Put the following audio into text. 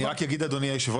אני רק אגיד אדוני יושב הראש,